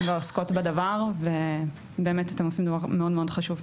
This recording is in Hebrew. והעוסקות בדבר ואתם עושים דבר מאוד חשוב.